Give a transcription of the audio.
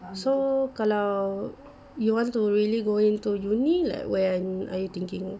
so kalau you want to really go into uni like where when are you thinking